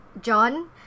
John